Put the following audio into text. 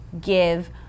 give